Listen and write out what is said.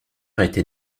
était